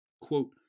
Quote